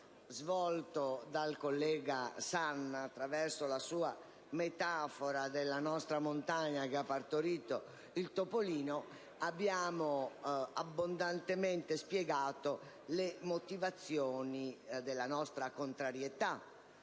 svolto dal collega Sanna, con la sua metafora della montagna che ha partorito il topolino, abbiamo abbondantemente spiegato le motivazioni della nostra contrarietà